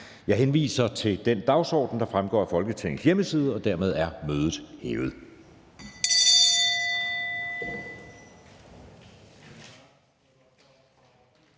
Jeg henviser til den dagsorden, der fremgår af Folketingets hjemmeside. Mødet er hævet.